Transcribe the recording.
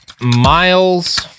Miles